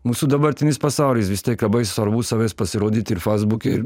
mūsų dabartinis pasaulis vis tiek labai svarbus savęs pasirodyti ir fasbuke ir